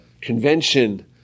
convention